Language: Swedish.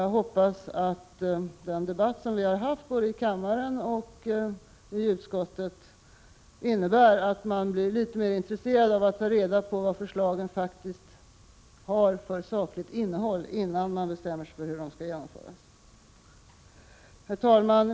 Jag hoppas att den debatt som vi har haft både i kammaren och i utskottet innebär att socialdemokraterna blir litet mer intresserade av att ta reda på vad förslagen faktiskt har för sakligt innehåll, innan de bestämmer sig för om de skall genomföras. Herr talman!